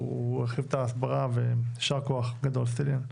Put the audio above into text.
הוא הרחיב את ההסברה ויישר כוח גדול.